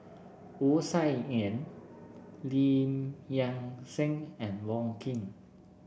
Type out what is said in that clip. Wu Tsai Yen Lim Nang Seng and Wong Keen